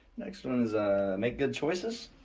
next one is make good choices.